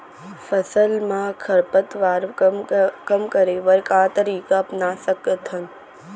फसल मा खरपतवार कम करे बर का तरीका अपना सकत हन?